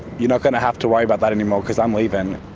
you're not going to have to worry about that anymore because i'm leaving.